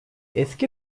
eski